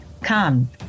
Come